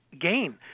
gain